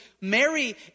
Mary